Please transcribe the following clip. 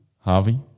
Harvey